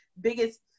biggest